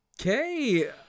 okay